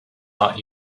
not